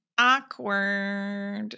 awkward